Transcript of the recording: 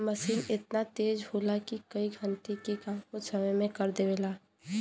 मसीन एतना तेज होला कि कई घण्टे के काम कुछ समय मे कर देवला